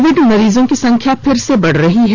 Covid मरीजों की संख्या फिर से बढ़ रही है